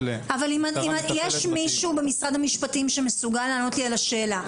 יש מישהו במשרד המשפטים שמסוגל לענות לי על השאלה,